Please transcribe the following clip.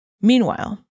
Meanwhile